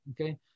okay